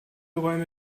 räume